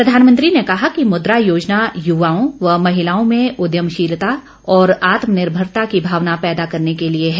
प्रधानमंत्री ने कहा कि मुद्रा योजना युवाओं व महिलाओं में उद्यमशीलता और आत्मनिर्भरता की भावना पैदा करने के लिए है